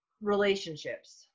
relationships